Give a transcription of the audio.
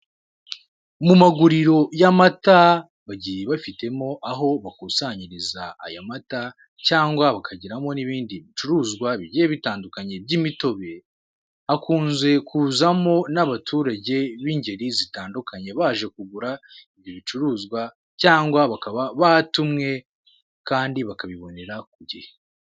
Mu maguriro y'amata bagiye bafitemo aho bakusanyiriza aya mata cyangwa bakagiramo n'ibindi bicuruzwa bigiye bitandukanye by'imitobe. Hakunze kuzamo n'abaturage b'ingeri zitandukanye baje kugura ibyo bicuruzwa cyangwa bakaba batumwe kandi bakabibonera ku gihe.